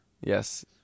Yes